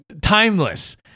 timeless